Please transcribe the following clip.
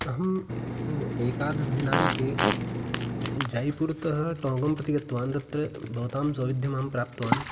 अहम् एकादशदिनाङ्के जय्पुरतः टोगन् प्रति गतवान् तत्र भवतां सौविध्यम् अहं प्राप्तवान्